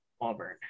Auburn